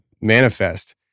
Manifest